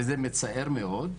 וזה מצער מאוד,